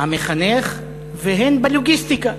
המחנך והן בלוגיסטיקה.